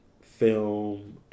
film